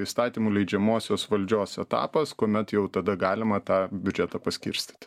įstatymų leidžiamosios valdžios etapas kuomet jau tada galima tą biudžetą paskirstyti